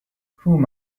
whom